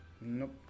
Nope